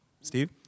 steve